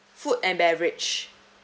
food and beverage